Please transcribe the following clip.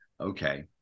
Okay